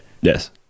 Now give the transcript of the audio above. yes